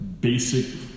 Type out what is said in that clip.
basic